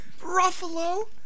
Ruffalo